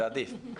זה עדיף.